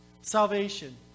salvation